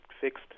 fixed